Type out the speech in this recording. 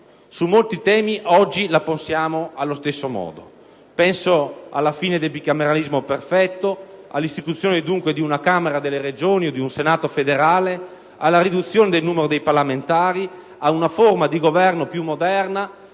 su molti temi oggi la pensiamo allo stesso modo. Penso alla fine del bicameralismo perfetto (dunque all'istituzione di una Camera delle Regioni o di un Senato federale), alla riduzione del numero dei parlamentari, a una forma di governo più moderna,